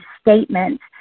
statements